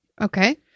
Okay